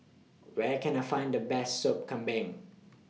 Where Can I Find The Best Sup Kambing